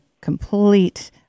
complete